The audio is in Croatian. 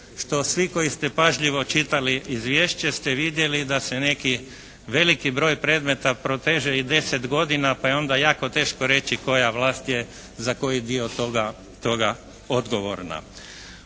svi koji ste pažljivo čitali izvješće ste vidjeli da se neki veliki broj predmeta proteže i 10 godina, pa je onda jako teško reći koja vlast je za koji dio toga odgovorna.